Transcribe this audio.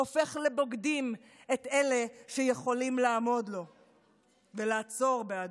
הופך לבוגדים את אלה שיכולים לעמוד לו ולעצור בעדו.